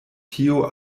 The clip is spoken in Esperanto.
tio